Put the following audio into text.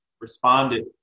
responded